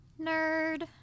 nerd